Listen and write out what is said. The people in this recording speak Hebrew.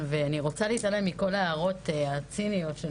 עם כל זה שלכל אחד יש את ההשקפות שלו ואת העמדות והאמונות שלו